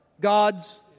God's